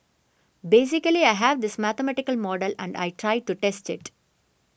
basically I have this mathematical model and I tried to test it